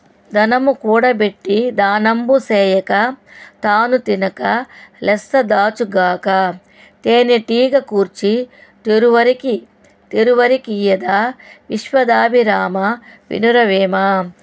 ధనము కూడబెట్టి దానంబు సేయక తాను తినక లెస్స దాచుగాక తేనెటీగ కూర్చీ తిరువరికి తిరువరికి ఇయ్యదా విశ్వదాభిరామ వినురవేమా